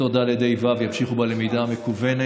כיתות ד', ה', וו' ימשיכו בלמידה המקוונת,